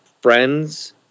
friends